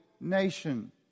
nation